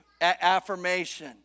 affirmation